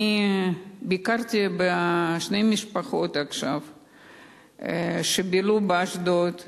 אני ביקרתי עכשיו שתי משפחות שבילו באשדוד,